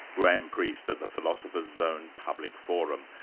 graham priest at the philosopher's zone public forum.